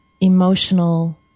emotional